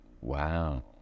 Wow